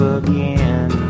again